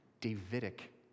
Davidic